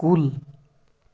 کُل